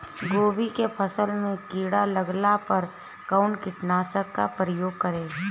गोभी के फसल मे किड़ा लागला पर कउन कीटनाशक का प्रयोग करे?